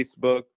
Facebook